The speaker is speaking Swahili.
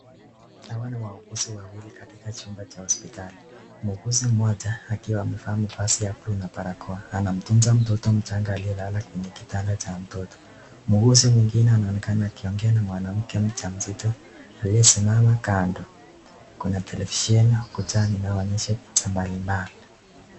Hawa ni wauguzi wawili katika chumba cha hospitali. Muguzi mmoja akiwa amevaa mavazi ya blue na barakoa anamtwza mtoto mchanga aliyelala kwenye kitanda cha mtoto. Muguzi mwingine anaonekana akiongea na mwanamke mjamzito aliyesimama kando. Kuna televisheni ukutani inaonyesha picha mbalimbali.